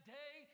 day